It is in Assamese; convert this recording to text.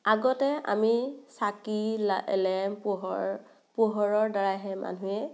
আগতে আমি চাকি লেম পোহৰ পোহৰৰ দ্বাৰাহে মানুহে